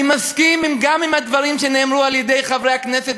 אני מסכים לדברים שנאמרו גם על-ידי חברי הכנסת